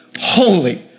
Holy